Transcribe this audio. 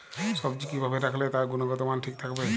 সবজি কি ভাবে রাখলে তার গুনগতমান ঠিক থাকবে?